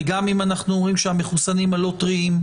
וגם אם אנחנו אומרים שהמחוסנים הלא טריים,